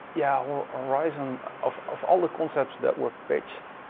yeah, well horizon, of of all the concepts that were pitched,